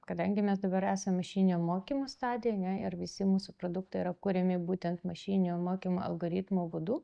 kadangi mes dabar esam mašininio mokymo stadijoj ne ir visi mūsų produktai yra kuriami būtent mašininio mokymo algoritmų būdu